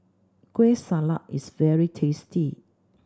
Kueh Salat is very tasty